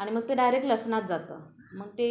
आणि मग ते डायरेक्ट लसणात जातं मग ते